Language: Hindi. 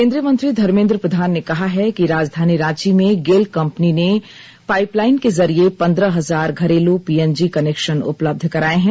केंद्रीय मंत्री धर्मेंद्र प्रधान ने कहा है कि राजधानी रांची में गेल कम्पनी ने पाईप लाईन के जरिये पंद्रह हजार घरेलू पीएनजी कनेक्शन उपलबध कराये हैं